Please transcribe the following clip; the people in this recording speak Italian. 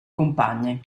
compagni